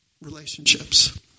relationships